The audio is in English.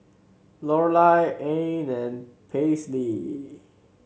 Lorelai Ann and Paisley